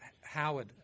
Howard